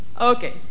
Okay